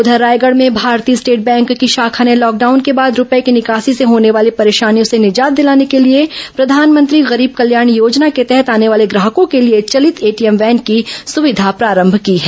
उधर रायगढ़ में भारतीय स्टेट बैंक की शाखा ने लॉकडाउन के बाद रूपये की निकासी से होने वाली परेशानियों से निजात दिलाने के लिए प्रधानमंत्री गरीब कल्याण योजना के तहत आने वाले ग्राहकों के लिए चलित एटीएम वैन की सुविधा प्रारंभ की है